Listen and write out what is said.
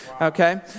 okay